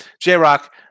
J-Rock